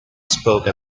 spoke